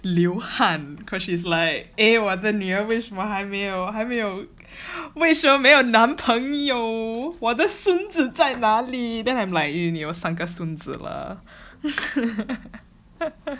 流汗 cause she's like eh 我的女儿为什么还没还没有为什么没有男朋友我的孙子在哪里 then I'm like 你有三个孙子了: ni you san ge sun zi le